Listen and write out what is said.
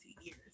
years